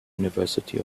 university